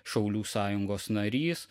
šaulių sąjungos narys